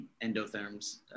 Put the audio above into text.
endotherms